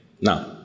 Now